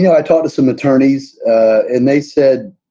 yeah i talked to some attorneys and they said,